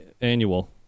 annual